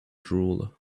drool